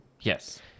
Yes